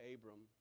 Abram